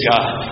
God